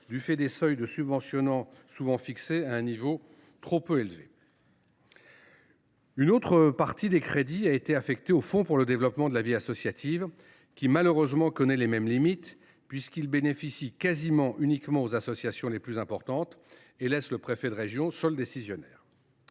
car les seuils de subventionnement sont souvent fixés à un niveau trop élevé. Une autre partie des crédits ont été affectés au fonds pour le développement de la vie associative (FDVA), qui connaît malheureusement les mêmes limites, puisqu’il bénéficie quasi exclusivement aux associations les plus importantes et laisse le préfet de région seul décisionnaire.